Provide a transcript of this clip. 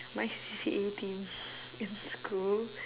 my C_C_A team in school